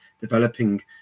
developing